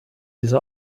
diese